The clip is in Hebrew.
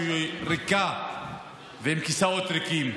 שהיא ריקה ועם כיסאות ריקים.